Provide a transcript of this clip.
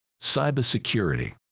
cybersecurity